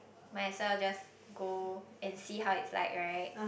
might as well just go and see how it's like right